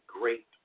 great